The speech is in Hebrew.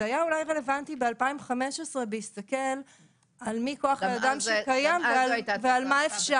זה אולי היה רלוונטי ב-2015 בהסתכל על מי כוח האדם שקיים ועל מה שאפשר.